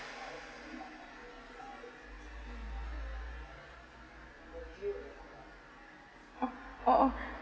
oh oh oh